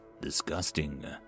disgusting